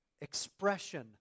expression